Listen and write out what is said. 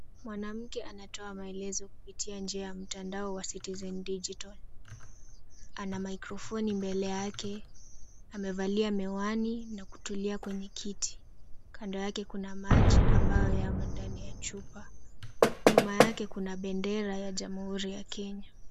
Mwanamke anatoa maelezo kupitia njia ya mtandao wa Citizen Digital. Ana mikrofoni mbele yake. Amevalia miwani na kutulia kwenye kiti. Kando yake kuna maji ambayo yamo ndani ya chupa. Nyuma yake kuna bendera ya Jamhuri ya Kenya.